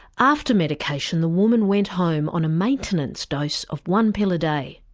after medication the woman went home on a maintenance dose of one pill a day.